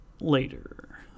later